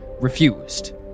refused